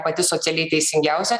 pati socialiai teisingiausia